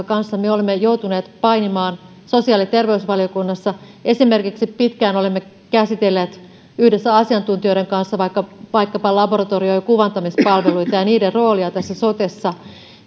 kanssa me olemme joutuneet painimaan sosiaali ja terveysvaliokunnassa pitkään olemme käsitelleet yhdessä asiantuntijoiden kanssa vaikkapa laboratorio ja kuvantamispalveluita ja ja niiden roolia tässä sotessa